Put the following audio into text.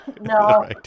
No